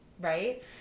right